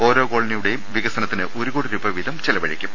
ഓരോ കോളനിയുടെയും വിക സനത്തിന് ഒരുകോടിരൂപവീതം ചെലവഴിക്കും